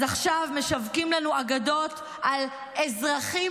אז עכשיו משווקים לנו אגדות על אזרחים